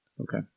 Okay